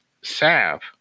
salve